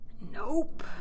Nope